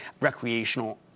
recreational